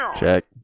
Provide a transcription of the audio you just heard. Check